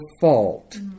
fault